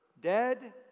dead